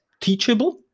teachable